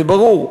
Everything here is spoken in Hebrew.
זה ברור.